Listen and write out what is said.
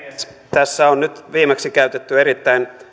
tässä on nyt viimeksi käytetty erittäin